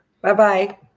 Bye-bye